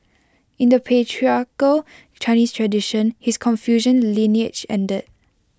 in the patriarchal Chinese tradition his Confucian lineage ended